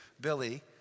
Billy